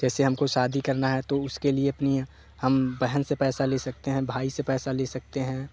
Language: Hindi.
जैसे हम को शादी करना है तो उसके लिए अपनी हम बहन से पैसा ले सकते हैं भाई से पैसा ले सकते हैं